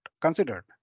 considered